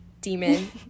demon